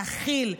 להכיל,